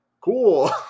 cool